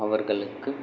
அவர்களுக்கு